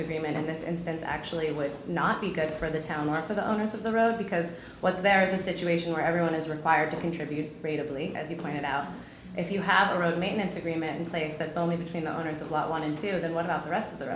agreement on this and actually would not be good for the town or for the owners of the road because let's there is a situation where everyone is required to contribute creatively as you pointed out if you have a road maintenance agreement in place that's only between the owners of lot one interior than what about the rest of the